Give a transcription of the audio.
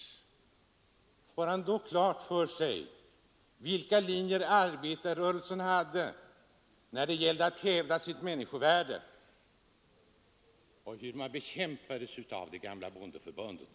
Då får han kanske klart för sig efter vilka linjer arbetarrörelsen gick fram när det gällde att hävda sitt människovärde och hur arbetarna då bekämpades av det gamla bondeförbundet.